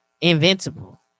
Invincible